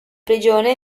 prigione